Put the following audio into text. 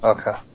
Okay